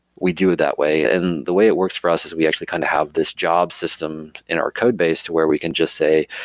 we do it that way and the way it works for us is we actually kind of have this job system in our code base to where we can just say,